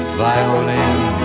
violin